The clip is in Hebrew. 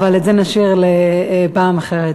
אבל את זה נשאיר לפעם אחרת.